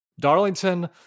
Darlington